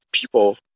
people